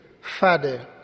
Father